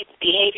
behavior